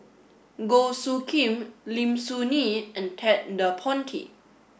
Goh Soo Khim Lim Soo Ngee and Ted De Ponti